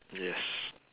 yes